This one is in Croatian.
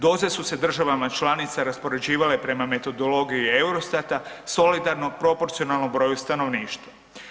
Doze su se državama članicama raspoređivale prema metodologiji Eurostata solidarno, proporcijalno broju stanovništva.